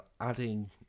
adding